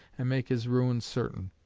and make his ruin certain.